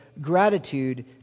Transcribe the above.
gratitude